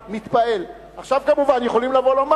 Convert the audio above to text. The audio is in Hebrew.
עכשיו, כמובן, יכולים לומר: